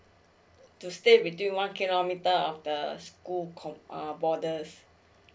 to stay between one kilometer of the school borders